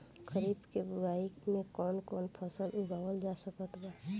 खरीब के बोआई मे कौन कौन फसल उगावाल जा सकत बा?